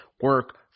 Work